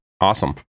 Awesome